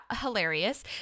hilarious